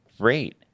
great